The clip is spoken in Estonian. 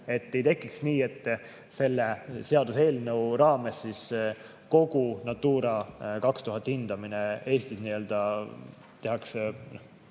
et ei tekiks seda, et selle seaduseelnõu raames kogu Natura 2000 hindamine Eestis tehakse